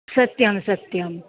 सत्यं सत्यम्